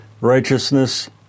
righteousness